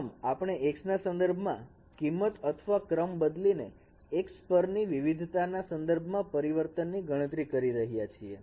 પ્રથમ આપણે x ના સંદર્ભમાં કિંમત અથવા ક્રમ બદલીને x પરની વિવિધતા ના સંદર્ભમાં પરિવર્તનની ગણતરી કરી રહ્યા છીએ